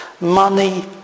money